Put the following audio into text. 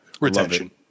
retention